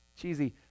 cheesy